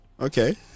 Okay